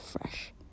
fresh